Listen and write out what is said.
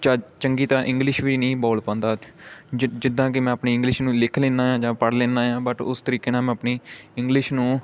ਚਜ ਚੰਗੀ ਤਰਾਂ ਇੰਗਲਿਸ਼ ਵੀ ਨਹੀਂ ਬੋਲ ਪਾਉਂਦਾ ਜਿੱਦ ਜਿੱਦਾਂ ਕਿ ਮੈਂ ਆਪਣੀ ਇੰਗਲਿਸ਼ ਨੂੰ ਲਿਖ ਲੈਂਦਾ ਜਾਂ ਪੜ੍ਹ ਲੈਂਦਾ ਹਾਂ ਬਟ ਉਸ ਤਰੀਕੇ ਨਾਲ ਮੈਂ ਆਪਣੀ ਇੰਗਲਿਸ਼ ਨੂੰ